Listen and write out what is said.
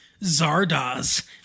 Zardoz